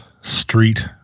street